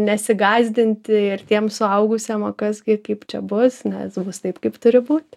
nesigąsdinti ir tiems suaugusiam o kas gi kaip čia bus nes bus taip kaip turi būt